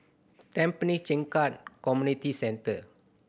Tampine Changkat Community Centre